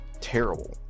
terrible